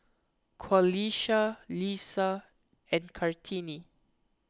Qalisha Lisa and Kartini